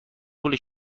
پول